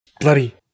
Bloody